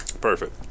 Perfect